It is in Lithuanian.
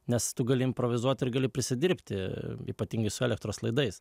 nes tu gali improvizuoti ir gali prisidirbti ypatingai su elektros laidais